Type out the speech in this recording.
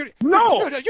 No